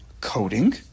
coding